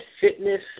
fitness